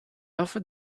offered